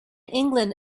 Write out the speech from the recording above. england